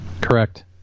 Correct